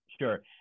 Sure